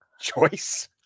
choice